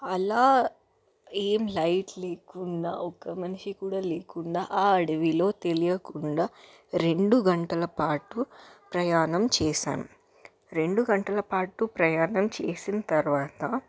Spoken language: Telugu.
అలా ఏం లైట్ లేకుండా ఒక మనిషి కూడా లేకుండా ఆ అడవిలో తెలియకుండా రెండు గంటల పాటు ప్రయాణం చేశాం రెండు గంటల పాటు ప్రయాణం చేసిన తర్వాత